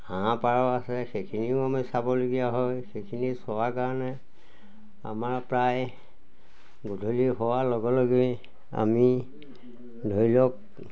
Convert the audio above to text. হাঁহ পাৰ আছে সেইখিনিও আমি চাবলগীয়া হয় সেইখিনি চোৱাৰ কাৰণে আমাৰ প্ৰায় গধূলি হোৱাৰ লগে লগেই আমি ধৰি লওক